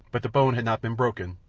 but the bone had not been broken,